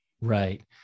Right